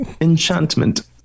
Enchantment